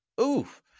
Oof